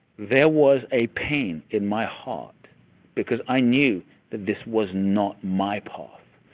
there was a pain in my heart because i knew that this was not my path.